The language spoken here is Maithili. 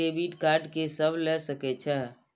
डेबिट कार्ड के सब ले सके छै?